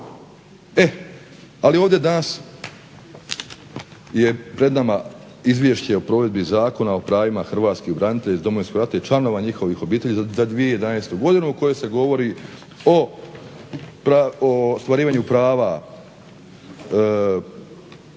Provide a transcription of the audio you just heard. Ali ovdje danas je pred nama Izvješće o provedbi Zakona o pravima hrvatskih branitelja i članova njihovih obitelji za 2011.godinu u kojem se govori o ostvarivanju prava